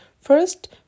First